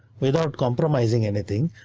without compromising anything,